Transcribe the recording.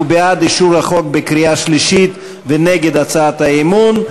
הוא בעד אישור החוק בקריאה שלישית ונגד הצעת האי-אמון.